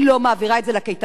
היא לא מעבירה אותו לקייטנות,